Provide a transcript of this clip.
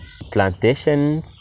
plantation